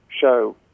show